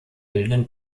bildenden